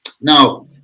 Now